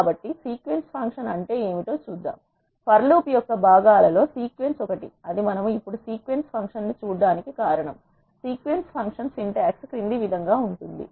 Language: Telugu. కాబట్టి సీక్వెన్స్ ఫంక్షన్ అంటే ఏమిటో చూద్దాం ఫర్ లూప్ యొక్క భాగాలలో సీక్వెన్స్ ఒకటి అది మనం ఇప్పుడు సీక్వెన్స్ ఫంక్షన్ను చూడడానికి కారణం సీక్వెన్స్ ఫంక్షన్ సింటాక్స్ ఈ క్రింది విధంగా ఉంది